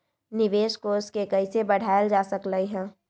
निवेश कोष के कइसे बढ़ाएल जा सकलई ह?